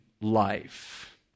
life